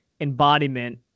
embodiment